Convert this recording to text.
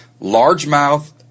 Largemouth